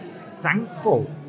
thankful